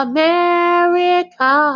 America